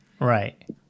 Right